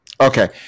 Okay